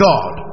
God